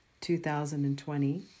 2020